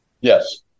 Yes